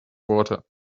water